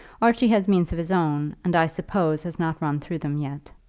archie has means of his own, and i suppose has not run through them yet.